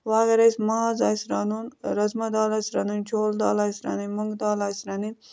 وۄنۍ اَگر اَسہِ ماز آسہِ رَنُن رَزما دال آسہِ رَنٕنۍ چھولہٕ دال آسہِ رَنٕنۍ مۄنٛگہٕ دال آسہِ رَنٕنۍ